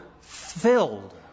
filled